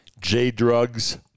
J-Drugs